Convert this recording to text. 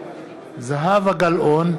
זהבה גלאון,